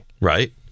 Right